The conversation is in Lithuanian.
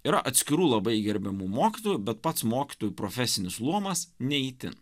yra atskirų labai gerbiamų mokytojų bet pats mokytojų profesinis luomas ne itin